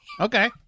Okay